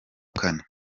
kane